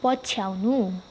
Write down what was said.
पछ्याउनु